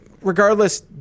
regardless